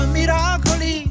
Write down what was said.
miracoli